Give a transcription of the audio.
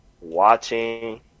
watching